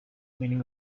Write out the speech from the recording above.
meaning